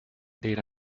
dina